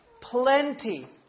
Plenty